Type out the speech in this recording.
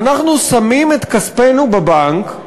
אנחנו שמים את כספנו בבנק,